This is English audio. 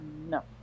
No